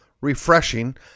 refreshing